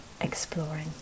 exploring